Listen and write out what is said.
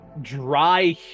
dry